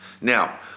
now